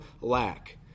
lack